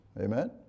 Amen